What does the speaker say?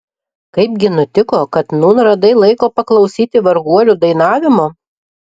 kaipgi nutiko kad nūn radai laiko paklausyti varguolių dainavimo